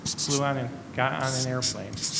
flew out and got on an airplane,